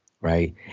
right